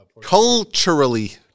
culturally